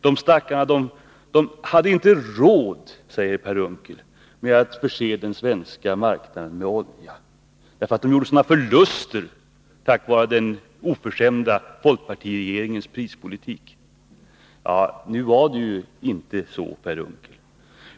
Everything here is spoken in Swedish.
De stackarna hade inte råd, sade Per Unckel, att förse den svenska marknaden med olja — de gjorde sådana förluster på grund av den oförskämda folkpartiregeringens prispolitik. Det var inte så, Per Unckel.